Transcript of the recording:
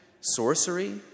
sorcery